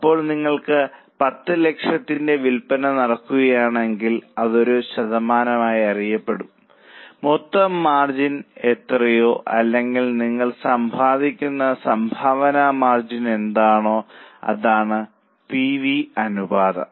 അപ്പോൾ നിങ്ങൾക്ക് 10 ലക്ഷത്തിന്റെ വിൽപ്പന നടക്കുകയാണെങ്കിൽ അതൊരു ശതമാനമായി അറിയപ്പെടും മൊത്തം മാർജിൻ എത്രയോ അല്ലെങ്കിൽ നിങ്ങൾ സമ്പാദിക്കുന്ന സംഭാവന മാർജിൻ എന്താണോ അതാണ് പി വി അനുപാതം